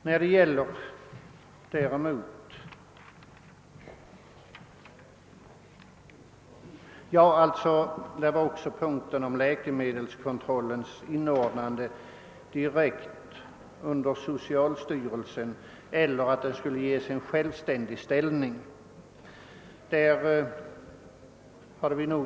Läkemedelskontrollen skall enligt propositionen inordnas direkt under socialstyrelsen, medan det i motioner föreslås att däråt skall ges en självständig ställning.